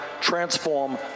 transform